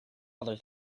other